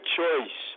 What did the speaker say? choice